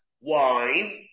wine